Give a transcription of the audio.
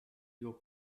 your